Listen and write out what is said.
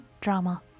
Drama